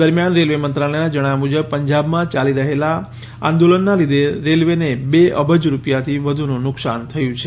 દરમ્યાન રેલ્વે મંત્રાલયનાં જણાવ્યા મુજબ પંજાબમાં ચાલી રહેલાં આંદોલનનાં લીધે રેલ્વેનાં બે અબજ રૂપિયની વધુનું નુકસાન થયું છે